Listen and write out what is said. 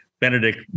Benedict